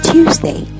Tuesday